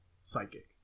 psychic